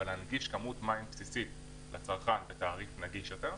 אבל להנגיש כמות מים בסיסית לצרכן בתעריף נגיש יותר.